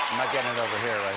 getting it over here, right